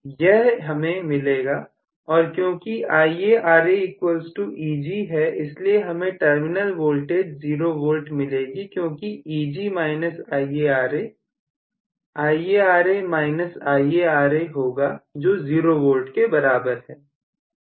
यह हमें मिलेगा और क्योंकी IaRaEg है इसलिए हमें टर्मिनल वोल्टेज 0V मिलेगी क्योंकि Eg IaRa IaRa minus IaRa होगा जो 0 वोल्ट के बराबर है